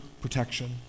protection